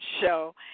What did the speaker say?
show